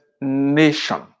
nation